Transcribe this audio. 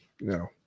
No